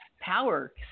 power